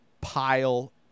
pile